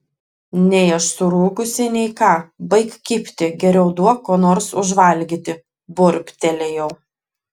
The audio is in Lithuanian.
nei aš surūgusi nei ką baik kibti geriau duok ko nors užvalgyti burbtelėjau